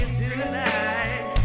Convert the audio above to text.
tonight